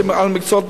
על המקצועות,